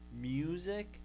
music